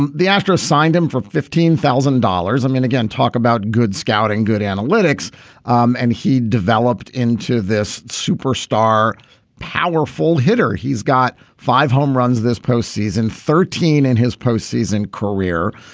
the astros signed him for fifteen thousand dollars i'm going again. talk about good scouting good analytics um and he developed into this superstar power full hitter. he's got five home runs this postseason thirteen and his postseason career.